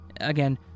Again